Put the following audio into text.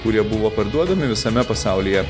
kurie buvo parduodami visame pasaulyje